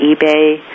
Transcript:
eBay